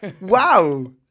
Wow